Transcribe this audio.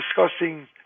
discussing